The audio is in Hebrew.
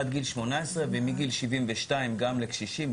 עד גיל 18 ומגיל 72 גם לקשישים,